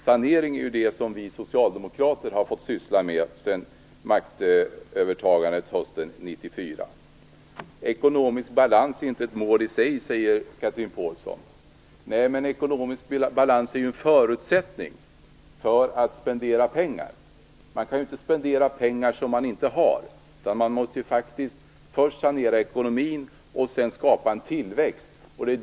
Sanering är vad vi socialdemokrater har fått syssla med alltsedan maktövertagandet hösten 1994. Ekonomisk balans är inte ett mål i sig, säger Chatrine Pålsson. Nej, men ekonomisk balans är en förutsättning för att det skall gå att spendera pengar. Man kan ju inte spendera pengar som man inte har. Man måste faktiskt först sanera ekonomin och sedan skapa tillväxt.